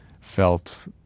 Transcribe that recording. felt